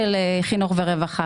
חינוך ורווחה,